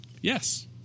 Yes